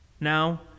now